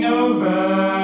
over